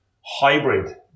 hybrid